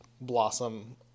blossom